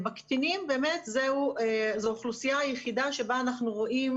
הקטינים זו האוכלוסייה היחידה בה אנחנו רואים